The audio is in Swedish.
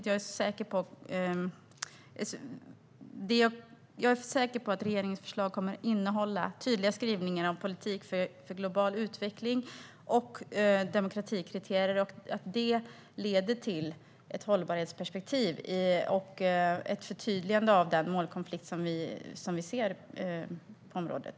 Jag är säker på att regeringens förslag kommer att innehålla tydliga skrivningar om politik för global utveckling och demokratikriterier och att detta leder till ett hållbarhetsperspektiv och ett förtydligande av den målkonflikt som vi ser på området.